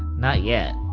not yet.